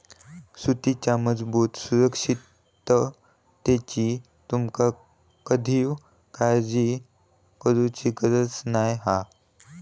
सुताच्या मजबूत सुरक्षिततेची तुमका कधीव काळजी करुची गरज नाय हा